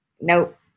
Nope